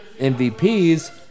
MVPs